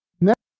Next